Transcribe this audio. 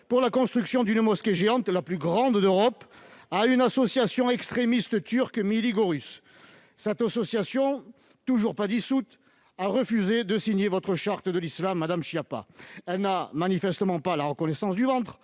pour la construction d'une mosquée géante- il s'agit de la plus grande d'Europe -, à une association extrémiste turque, Millî Görüs. C'est exact ! Cette association, toujours pas dissoute, a refusé de signer votre charte de l'islam, madame Schiappa. Elle n'a manifestement pas la reconnaissance du ventre